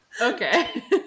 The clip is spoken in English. Okay